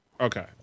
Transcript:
Okay